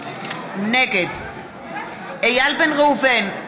נגד איל בן ראובן,